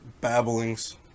babblings